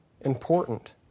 important